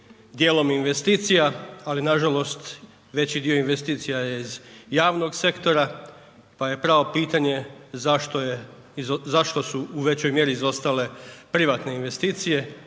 djelom investicija ali nažalost veći dio investicija je iz javnog sektora pa je pravo pitanje zašto su u većoj mjeri izostale privatne investicije